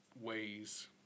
ways